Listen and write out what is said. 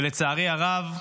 ולצערי הרב,